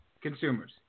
consumers